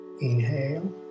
inhale